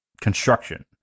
construction